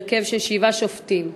בהרכב של שבעה שופטים,